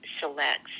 selects